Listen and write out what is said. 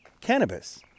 cannabis